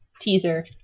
teaser